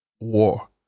war